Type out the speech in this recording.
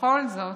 בכל זאת,